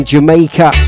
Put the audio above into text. Jamaica